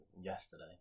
yesterday